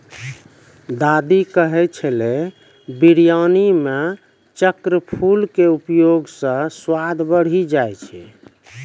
दादी कहै छेलै बिरयानी मॅ चक्रफूल के उपयोग स स्वाद बढ़ी जाय छै